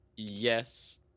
Yes